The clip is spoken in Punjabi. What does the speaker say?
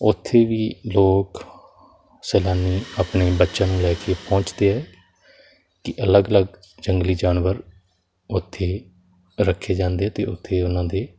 ਉੱਥੇ ਵੀ ਲੋਕ ਸੈਲਾਨੀ ਆਪਣੇ ਬੱਚਿਆਂ ਨੂੰ ਲੈ ਕੇ ਪਹੁੰਚਦੇ ਹੈ ਕਿ ਅਲੱਗ ਅਲੱਗ ਜੰਗਲੀ ਜਾਨਵਰ ਉੱਥੇ ਰੱਖੇ ਜਾਂਦੇ ਅਤੇ ਉੱਥੇ ਉਹਨਾਂ ਦੇ